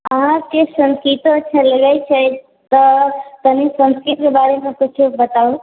अहाँके छै तऽ के बारेमे कुछो बताउ